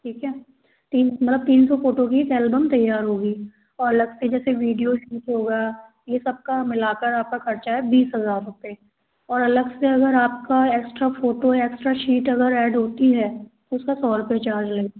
ठीक है तीन मतलब तीन सौ फ़ोटो की एक एलबम तैयार होगी और अलग से जैसे विडियो शूट होगा ये सब का मिला कर आपका ख़र्चा है बीस हज़ार रुपये और अलग से अगर आपका एक्स्ट्रा फ़ोटो है एक्स्ट्रा शीट अगर ऐड होती हैं उसका सौ रुपये चार्ज लगेगा